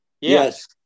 Yes